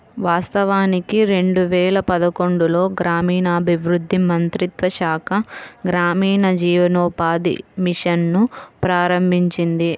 వాస్తవానికి రెండు వేల పదకొండులో గ్రామీణాభివృద్ధి మంత్రిత్వ శాఖ గ్రామీణ జీవనోపాధి మిషన్ ను ప్రారంభించింది